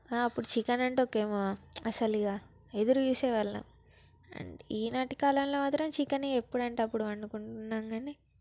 అప్పుడు చికెన్ ఉండేకేమో అసలు ఎదురు చూసేవాళ్ళం అండ్ ఈనాటి కాలంలో మాత్రం చికెన్ ఎప్పుడంటే అప్పుడు వండుకుంటున్నాం కానీ